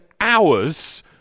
hours